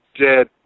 dead